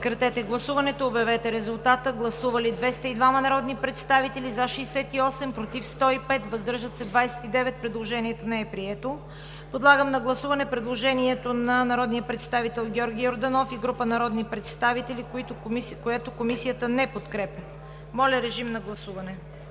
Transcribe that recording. на гласуване. Гласували 201 народни представители: за 68, против 102, въздържали се 31. Предложението не е прието. Подлагам на гласуване предложението на народния представител Дора Янкова и група народни представители, което Комисията не подкрепя. Моля, режим на гласуване.